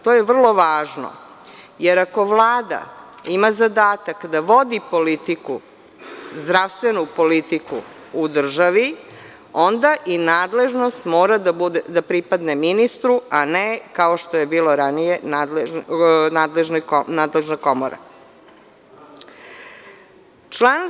To je vrlo važno, jer ako Vlada ima zadatak da vodi politiku, zdravstvenu politiku u državi, onda i nadležnost mora da pripadne ministru, a ne, kao što je bilo ranije, nadležnoj komori.